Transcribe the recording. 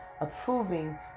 approving